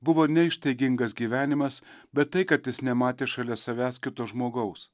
buvo ne ištaigingas gyvenimas bet tai kad jis nematė šalia savęs kito žmogaus